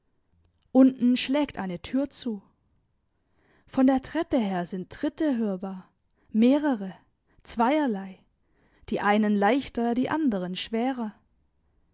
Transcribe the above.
unten schlägt eine tür zu von der treppe her sind tritte hörbar mehrere zweierlei die einen leichter die anderen schwerer